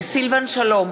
סילבן שלום,